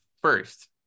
first